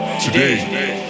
today